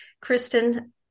Kristen